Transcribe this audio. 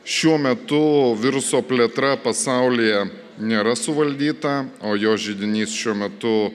šiuo metu viruso plėtra pasaulyje nėra suvaldyta o jo židinys šiuo metu